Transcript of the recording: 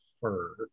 fur